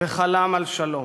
וחלם על שלום.